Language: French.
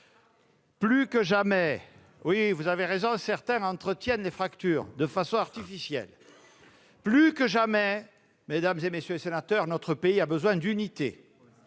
C'est raté ! Vous avez raison, certains entretiennent des fractures de façon artificielle ! Plus que jamais, mesdames, messieurs les sénateurs, notre pays a besoin d'unité.